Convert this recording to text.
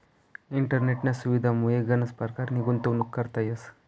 इंटरनेटना सुविधामुये गनच परकारनी गुंतवणूक करता येस